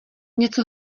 něco